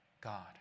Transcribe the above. God